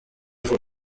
vuba